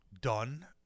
done